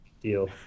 Deal